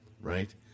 right